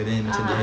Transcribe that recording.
ah